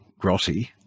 grotty